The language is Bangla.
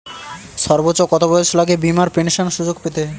সর্বোচ্চ কত বয়স লাগে বীমার পেনশন সুযোগ পেতে?